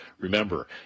Remember